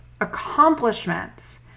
accomplishments